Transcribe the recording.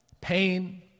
pain